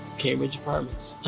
cambridge apartments.